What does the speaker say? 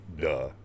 duh